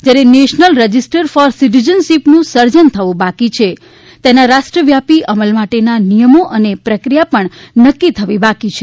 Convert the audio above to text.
જ્યારે national register for સિટિજનશીપનું સર્જન થવું બાકી છે તેના રાષ્ટ્રવ્યાપી અમલ માટેના નિયમો અને પ્રક્રિયા પણ નક્કી થવી બાકી છે